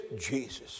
Jesus